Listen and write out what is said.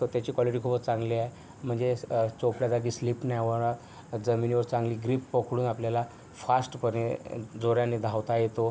तर त्याची क्वालिटी खूपच चांगली आहे म्हणजे चोपड्या जागी स्लिप नाही होणार जमिनीवर चांगली ग्रीप पकडून आपल्याला फास्टपणे जोराने धावता येतो